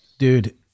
Dude